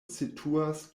situas